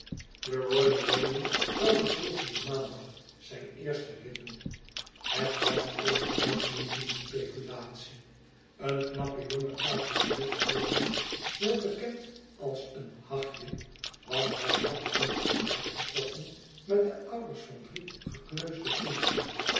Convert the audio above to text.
de royal william zou den volgenden maandag zijn eersten rit doen het was eene uitmuntende speculatie een knappe jonge cabriolet voerman welbekend als eenhachje want hij had een vergelijk getroffen met de ouders van drie gekneusde kinderen